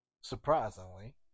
surprisingly